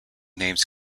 names